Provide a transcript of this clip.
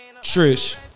Trish